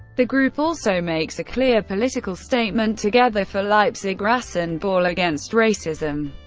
the group also makes a clear political statement, together for leipzig rasenball against racism.